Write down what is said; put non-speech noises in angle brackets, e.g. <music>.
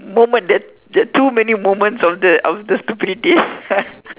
moment the the too many moments of the of the stupidity <laughs>